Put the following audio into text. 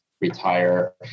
retire